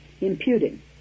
imputing